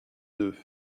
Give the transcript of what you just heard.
deux